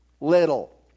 little